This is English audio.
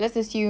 ya